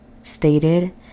stated